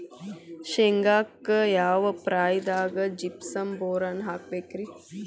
ಶೇಂಗಾಕ್ಕ ಯಾವ ಪ್ರಾಯದಾಗ ಜಿಪ್ಸಂ ಬೋರಾನ್ ಹಾಕಬೇಕ ರಿ?